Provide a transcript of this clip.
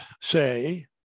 say